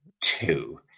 Two